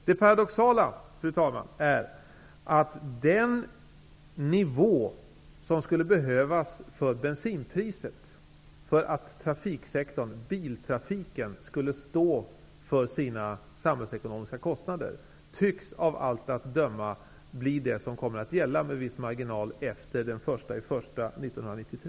Det paradoxala, fru talman, är att den nivå på bensinpriset som skulle behövas för att biltrafiken skulle stå för sina samhällsekonomiska kostnader, av allt att döma med viss marginal tycks bli det som kommer att gälla efter den 1 januari 1993.